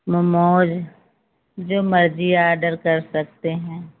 मोमो जो मर्ज़ी ऑर्डर कर सकते हैं